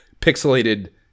pixelated